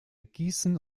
gießen